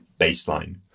baseline